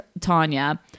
Tanya